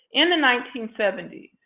in the nineteen seventy